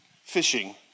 fishing